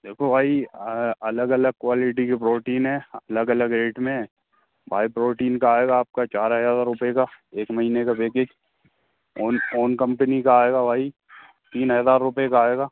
देखो भाई अलग अलग क्वालिटी के प्रोटीन हैं अलग अलग रेट में भाई प्रोटीन का आएगा आपका चार हज़ार रुपए का एक महीने का पैकेट ओन ओन कम्पनी का आएगा भाई तीन हज़ार रुपये का आएगा